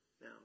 now